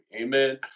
Amen